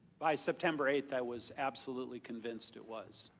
by september eight i was absolutely convinced it was.